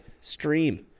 stream